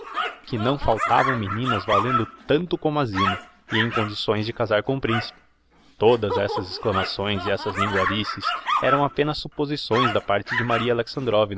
que não faltavam meninas valendo tanto como a zina e em condições de casar com o principe todas estas exclamações e estas linguarices eram apenas supposições da parte de maria